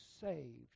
saved